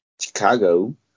Chicago